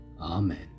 Amen